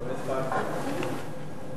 לא הספקתי.